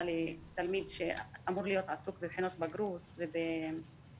לתלמיד שאמור להיות עסוק בבחינות בגרות ובהצלחה